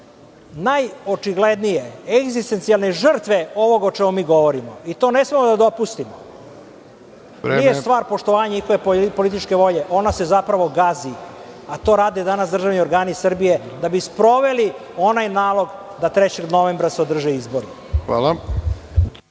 najočiglednije egzistencionalne žrtve ovog o čemu mi govorimo. To ne smemo da dopustimo. Nije stvar poštovanje njihove političke volje, ona se zapravo gazi. To rade danas državni organi Srbije da bi sproveli onaj nalog da 3. novembra se održe izbori.